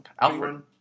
Alfred